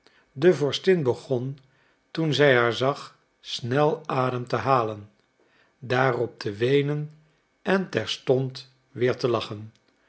de vorstin begon toen zij haar zag snel adem te halen daarop te weenen en terstond weer te lachen